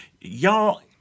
y'all